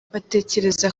batekereza